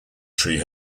tree